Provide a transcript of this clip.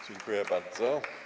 Dziękuję bardzo.